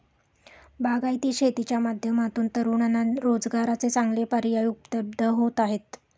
बागायती शेतीच्या माध्यमातून तरुणांना रोजगाराचे चांगले पर्याय उपलब्ध होत आहेत